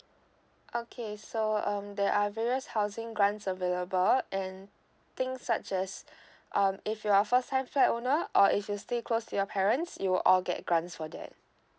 okay so um there are various housing grants available and things such as um if you are first time flat owner or if you stay close to your parents you all get grants for that